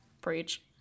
Preach